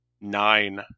nine